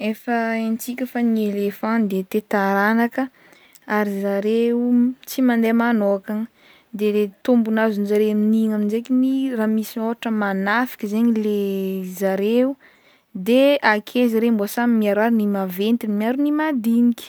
Efa haintsika fa ny elephant dia tia taranaka, ary zareo tsy mande magnokana, de tombony azonjareo amin'igny amy zay k'igny ra misy ôhatra manafiky zegny le zareo de akeo zareo mbô miara- ny maventy miaro ny madinika.